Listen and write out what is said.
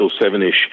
seven-ish